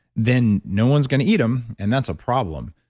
then no one's going to eat them, and that's a problem,